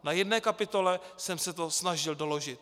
Na jedné kapitole jsem se to snažil doložit.